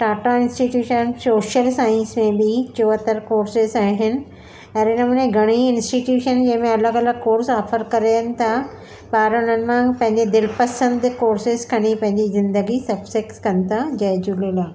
Tata institution social science में बि चोहतरि कोर्सिस आहिनि अहिड़े नमूने घणाई इंस्टीटयूशन जंहिंमें अलॻि अलॻि कोर्स ऑफर करनि था ॿार निर्णय पंहिंजे दिलपसंदि कोर्सिस खणी पंहिंजी ज़िंदगी सक्सेस कनि था जय झूलेलाल